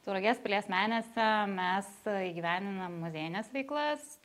tauragės pilies menėse mes įgyvendinam muziejines veiklas